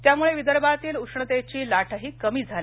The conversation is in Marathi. त्यामुळे विदर्भातील उष्णतेची लाटही कमी झाली